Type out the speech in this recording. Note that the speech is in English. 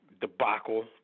debacle